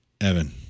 Evan